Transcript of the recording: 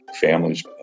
families